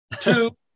Two